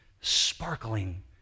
Sparkling